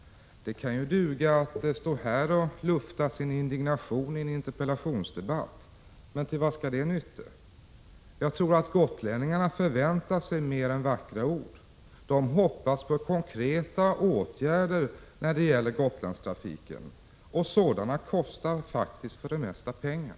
Det kan duga att stå här och lufta sin indignation i en interpellationsdebatt, men till vad nyttar det? Jag tror att gotlänningarna förväntar sig mera än vackra ord. De hoppas på konkreta åtgärder när det gäller Gotlandstrafiken. Men sådana kostar faktiskt för det mesta pengar.